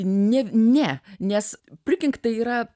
ne ne nes priking tai yra